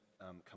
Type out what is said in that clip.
come